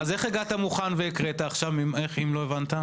אז איך הגעת מוכן והקראת אם לא הבנת?